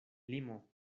limo